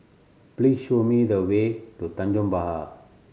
please show me the way to Tanjong Pagar